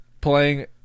playing